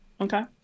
Okay